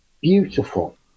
beautiful